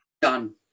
Done